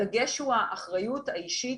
הדגש הוא האחריות האישית,